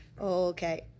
Okay